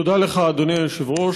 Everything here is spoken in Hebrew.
תודה לך, אדוני היושב-ראש.